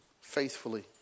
faithfully